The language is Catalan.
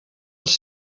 els